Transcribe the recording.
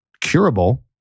curable